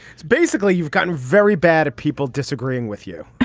it's basically you've gotten very bad at people disagreeing with you